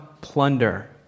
plunder